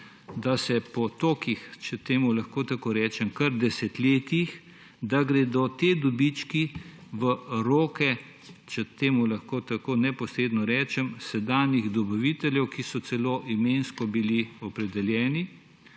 da po tolikih, če temu lahko tako rečem, kar desetletjih gredo ti dobički v roke, če temu lahko tako neposredno rečem, sedanjih dobaviteljev, ki so celo imensko bili opredeljeni,